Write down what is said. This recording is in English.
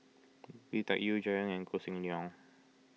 Lui Tuck Yew Jerry Ng Koh Seng Leong